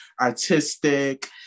artistic